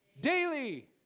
Daily